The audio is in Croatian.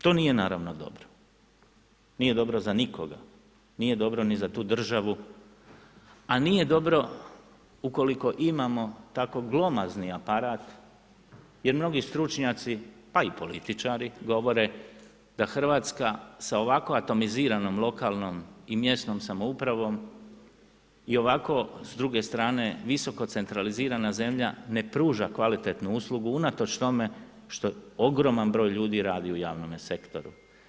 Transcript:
To nije naravno dobro, nije dobro za nikoga, nije dobro ni za tu državu a nije dobro ukoliko imamo tako glomazni aparat, jer mnogi stručnjaci, pa i političari govore, da Hrvatska sa ovako atomiziranom i lokalnom i mjesnom samoupravom i ovako s druge strane visoko centralizirana zemlja, ne pruža kvalitetnu uslugu, unatoč tome što ogroman broj ljudi radi u javnome sektoru.